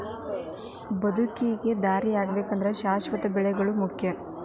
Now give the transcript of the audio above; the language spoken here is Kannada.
ಬದುಕಿಗೆ ದಾರಿಯಾಗಬೇಕಾದ್ರ ಶಾಶ್ವತ ಬೆಳೆಗಳು ಮುಖ್ಯ